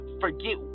forget